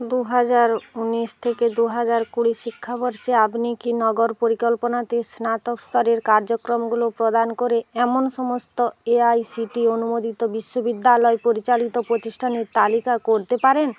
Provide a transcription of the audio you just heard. দু হাজার ঊনিশ থেকে দু হাজার কুড়ি শিক্ষাবর্ষে আপনি কি নগর পরিকল্পনাতে স্নাতক স্তরের কার্যক্রমগুলো প্রদান করে এমন সমস্ত এআইসিটি অনুমোদিত বিশ্ববিদ্যালয় পরিচালিত প্রতিষ্ঠানের তালিকা করতে পারেন